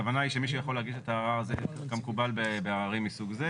הכוונה היא שמי שיכול להגיש את הערר זה כמקובל בעררים מסוג זה,